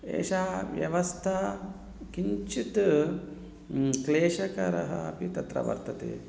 एषा व्यवस्था किञ्चित् क्लेशकरा अपि तत्र वर्तते